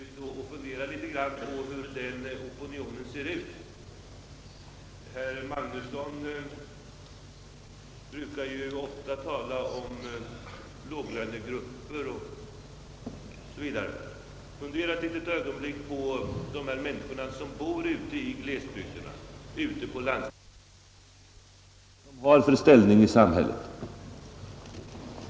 Fru talman! Herr Magnusson i Kristinehamn sade att han har en stor opinion ute i landet bakom sig för ett upprivande av 1963 års beslut. Jag undrar om det då inte vore lämpligt, herr Magnusson, att fundera litet på hur den opinionen ser ut. Herr Magnusson brukar ju ofta tala om låglönegrupper. Tänk då litet på de människor som bor ute på landsbygden, i glesbygderna och vad de har för ställning i samhället.